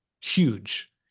huge